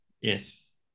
Yes